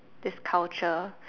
is culture